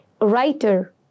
Writer